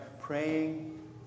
praying